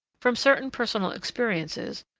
from certain personal experiences,